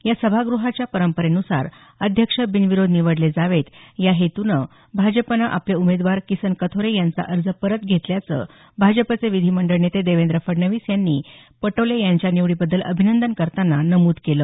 या सभागृहाच्या परंपरेनुसार अध्यक्ष बिनविरोध निवडले जावेत या हेतूनं भाजपनं आपले उमेदवार किसन कथोरे यांचा अर्ज परत घेतल्याचं भाजपचे विधीमंडळ नेते देवेंद्र फडणवीस यांनी त्यांचं या निवडीबद्दल अभिनंदन करताना नमुद केलं